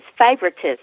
favoritism